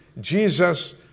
Jesus